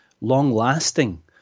long-lasting